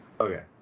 Okay